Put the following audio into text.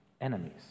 enemies